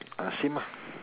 same